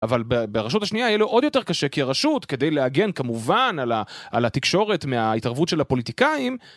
אבל ברשות השנייה היה לו עוד יותר קשה כי הרשות כדי להגן כמובן על התקשורת מההתערבות של הפוליטיקאים.